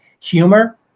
humor